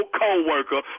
co-worker